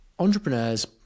Entrepreneurs